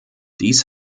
dies